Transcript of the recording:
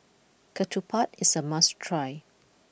Ketupat is a must try